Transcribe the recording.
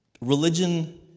Religion